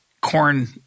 Corn